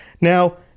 now